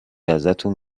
ازتون